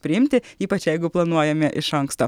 priimti ypač jeigu planuojame iš anksto